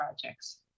projects